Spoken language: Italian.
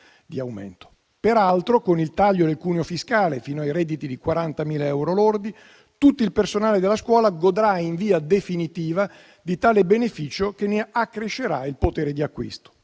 di aumento. Peraltro, con il taglio del cuneo fiscale per i redditi fino a 40.000 euro lordi, tutto il personale della scuola godrà in via definitiva di tale beneficio, che ne accrescerà il potere di acquisto.